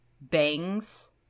bangs